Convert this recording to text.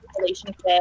relationship